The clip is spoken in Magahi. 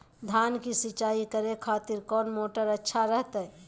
धान की सिंचाई करे खातिर कौन मोटर अच्छा रहतय?